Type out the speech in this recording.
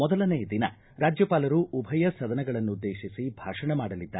ಮೊದಲನೇ ದಿನ ರಾಜ್ಯಪಾಲರು ಉಭಯ ಸದನಗಳನ್ನುದ್ದೇತಿಸಿ ಭಾಷಣ ಮಾಡಲಿದ್ದಾರೆ